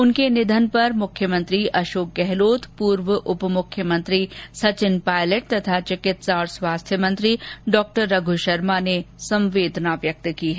उनके निधन पर मुख्यमंत्री अशोक गहलोत पूर्व उपमुख्यमंत्री सचिन पायलट तथा चिकित्सा और स्वास्थ्य मंत्री डॉ रघु शर्मो ने अपने शोक व्यक्ति किया है